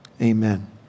Amen